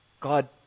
God